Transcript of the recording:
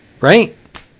Right